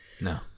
No